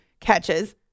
catches